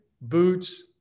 boots